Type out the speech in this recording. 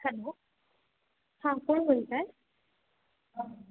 hello हां कोण बोलत आहे